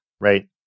right